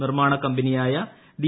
നിർമാണ കമ്പനിയായ ഡി